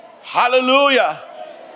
Hallelujah